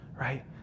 right